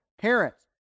Parents